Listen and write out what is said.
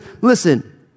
listen